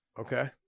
Okay